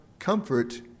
comfort